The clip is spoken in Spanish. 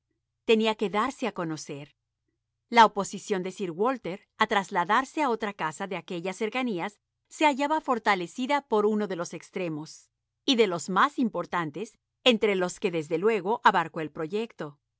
tenía que darse a conocer la oposición de sir walter a trasladarse a otra casa de aquellas cercanías se hallaba fortalecida por uno de los extremos y de los más importantes entre los que desde luego abarcó el proyecto